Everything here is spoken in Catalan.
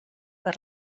per